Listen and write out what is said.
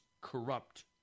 corrupt